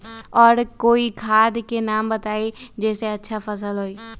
और कोइ खाद के नाम बताई जेसे अच्छा फसल होई?